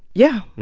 yeah,